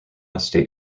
state